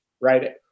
right